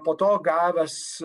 po to gavęs